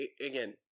Again